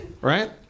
Right